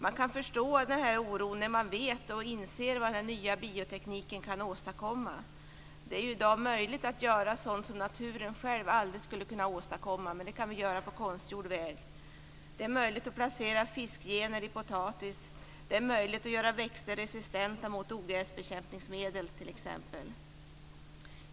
Man kan förstå oron här när man vet och inser vad den nya biotekniken kan åstadkomma. Det är ju i dag möjligt att göra sådant som naturen själv aldrig skulle kunna åstadkomma. Nu kan det göras på konstgjord väg. Det är möjligt att placera fiskgener i potatis och att göra växter resistenta mot ogräsbekämpningsmedel t.ex.